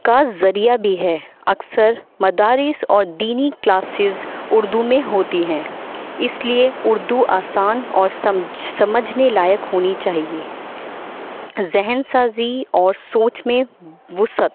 کا ذریعہ بھی ہے اکثر مدارس اور دینی کلاسیز اردو میں ہوتی ہیں اس لیے اردو آسان اور سمجھ سمجھنے لائق ہونی چاہیے ذہن سازی اور سوچ میں وسعت